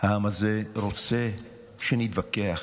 העם הזה רוצה שנתווכח,